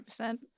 100%